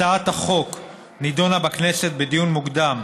הצעת החוק נדונה בכנסת בדיון מוקדם